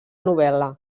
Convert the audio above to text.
novel·la